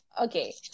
Okay